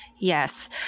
Yes